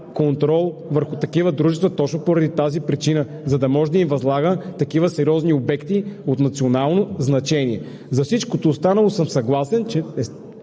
контрол върху такива дружества точно поради тази причина – за да може да им възлага такива сериозни обекти от национално значение. За всичко останало съм съгласен, че